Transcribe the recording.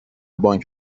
بانک